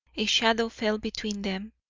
a shadow fell between them,